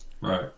Right